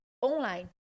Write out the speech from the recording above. online